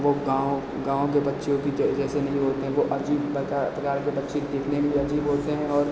वह गाँव गाँव के पक्षियों जै जैसे नहीं होते हैं वह अजीब पका प्रकार के पक्षी देखने में भी अजीब होते हैं और